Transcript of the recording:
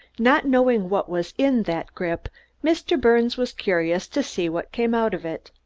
not knowing what was in that grip mr. birnes was curious to see what came out of it.